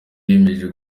biyemeje